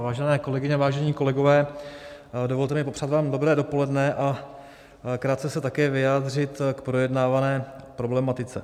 Vážené kolegyně, vážení kolegové, dovolte mi popřát vám dobré dopoledne a krátce se také vyjádřit k projednávané problematice.